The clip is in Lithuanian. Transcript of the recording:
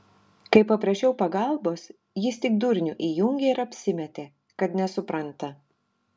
kai paprašiau pagalbos jis tik durnių įjungė ir apsimetė kad nesupranta